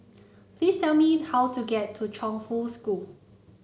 please tell me how to get to Chongfu School